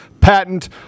patent